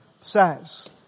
says